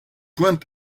poent